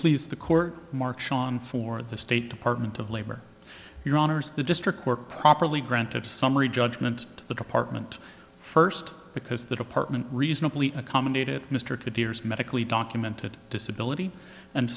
please the court marshal on for the state department of labor your honors the district work properly granted a summary judgment to the department first because the department reasonably accommodated mr kadeer is medically documented disability and